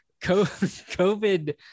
COVID